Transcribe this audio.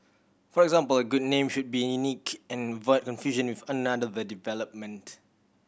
for example a good name should be unique and avoid confusion with another development